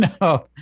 no